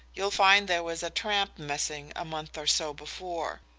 you'll find there was a tramp missing, a month or so before.